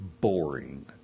boring